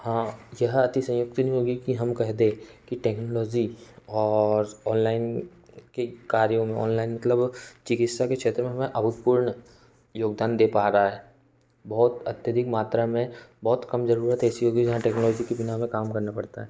हाँ यह अतिशयोक्ति नहीं होगी कि हम कह दें कि टेक्नौलौज़ी और औनलैन कि कार्यों में औनलैन मतलब चिकित्सा के क्षेत्र में हमें अभूतपूर्ण योगदान दे पा रहा है बहुत अत्यधिक मात्रा में बहुत कम जरूरत ऐसी होगी जहाँ टेक्नौलौजी के बिना हमें काम करना पड़ता है